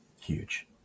huge